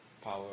power